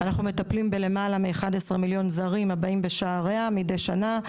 אנחנו מטפלים בלמעלה מ-11 מיליון זרים הבאים בשעריה מדי שנה,